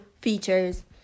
features